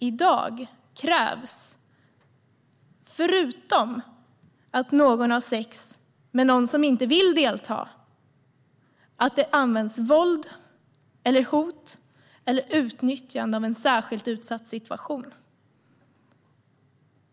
I dag krävs förutom att någon har sex med någon som inte vill delta att det används våld, hot eller utnyttjande av en särskilt utsatt situation.